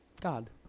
God